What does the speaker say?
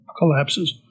collapses